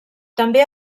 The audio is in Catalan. també